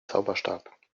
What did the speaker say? zauberstab